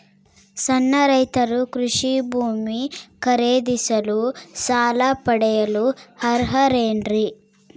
ಸಣ್ಣ ರೈತರು ಕೃಷಿ ಭೂಮಿ ಖರೇದಿಸಲು ಸಾಲ ಪಡೆಯಲು ಅರ್ಹರೇನ್ರಿ?